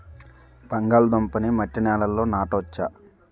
బంగాళదుంప నీ మట్టి నేలల్లో నాట వచ్చా?